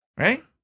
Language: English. Right